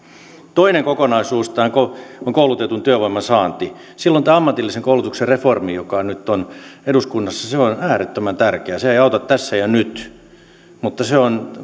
toinen kokonaisuus on koulutetun työvoiman saanti silloin tämä ammatillisen koulutuksen reformi joka nyt on eduskunnassa on äärettömän tärkeä se ei auta tässä ja nyt mutta se on